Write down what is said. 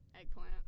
Eggplant